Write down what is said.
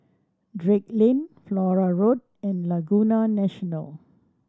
Drake Lane Flora Road and Laguna National